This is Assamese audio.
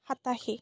সাতাশী